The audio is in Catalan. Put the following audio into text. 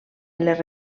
les